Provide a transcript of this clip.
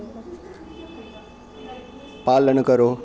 पालन करो